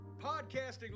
podcasting